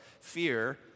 Fear